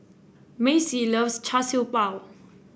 Maci loves Char Siew Bao